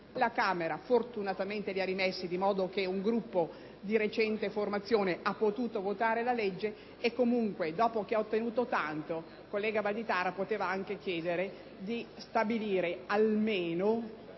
la Camera fortunatamente li ha ripristinati, cosicché un Gruppo di recente formazione ha potuto votare la legge e comunque, dopo che ha ottenuto tanto, senatore Valditara, poteva anche chiedere di stabilire almeno